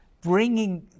bringing